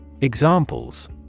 Examples